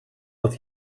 dat